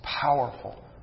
powerful